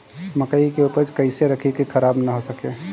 मकई के उपज कइसे रखी की खराब न हो सके?